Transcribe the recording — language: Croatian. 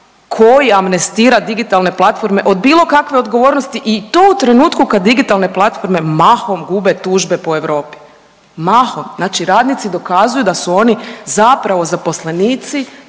koji amnestira digitalne platforme od bilo kakve odgovornosti i to u trenutku kada digitalne platforme gube tužbe po Europi, mahom. Znači radnici dokazuju da su oni zapravo zaposlenici